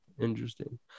interesting